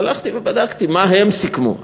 הלכתי ובדקתי מה הם סיכמו.